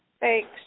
Thanks